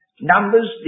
Numbers